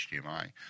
HDMI